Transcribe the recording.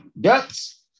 ducks